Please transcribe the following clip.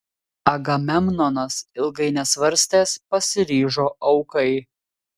agamemnonas ilgai nesvarstęs pasiryžo aukai